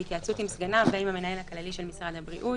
בהתייעצות עם סגניו ועם המנהל הכללי של משרד הבריאות,